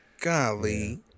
Golly